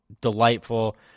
delightful